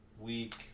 week